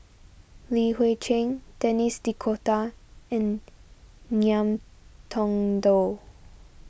Li Hui Cheng Denis D'Cotta and Ngiam Tong Dow